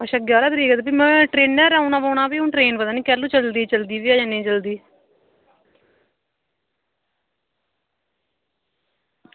अच्छा ग्यारह तरीक तां भी में ट्रेनां पर औना पौना भी हून ट्रेन पता निं कैह्लू चलदी चलदी बी ऐ जां नेईं चलदी